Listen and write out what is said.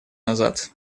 назад